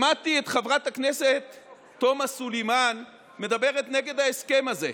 שמעתי את חברת הכנסת תומא סולימאן מדברת נגד ההסכם הזה.